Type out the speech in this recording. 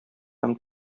һәм